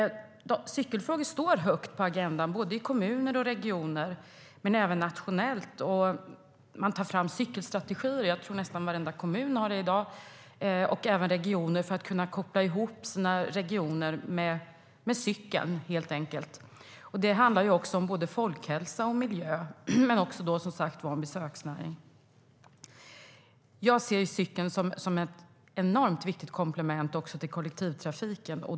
Cykelfrågor står högt på agendan i både kommuner och regioner men även nationellt. Jag tror att nästan varenda kommun och även region har cykelstrategier i dag för att kunna koppla ihop sina regioner med cykeln. Det handlar om både folkhälsa och miljö men också, som sagt var, besöksnäring. Jag ser cykeln som ett enormt viktigt komplement till kollektivtrafiken.